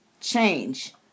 change